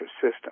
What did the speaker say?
system